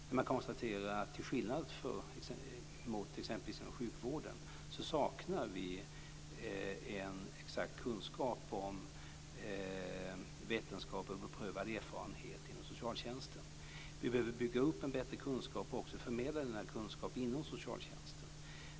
Hon har konstaterat att vi inom socialtjänsten till skillnad mot exempelvis inom sjukvården saknar en exakt kunskap om vetenskap och beprövad erfarenhet. Vi behöver bygga upp en bättre kunskap och sedan förmedla denna kunskap inom socialtjänsten.